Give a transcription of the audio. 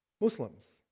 Muslims